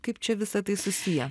kaip čia visa tai susiję